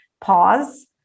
pause